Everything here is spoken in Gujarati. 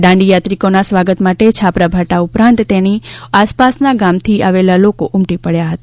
દાંડીયાત્રિકોના સ્વાગત માટે છાપરાભાઠા ઉપરાંત તેની આસપાસના ગામથી આવેલા લોકો ઉમટી પડ્યા હતા